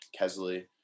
Kesley